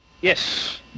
Yes